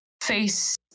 face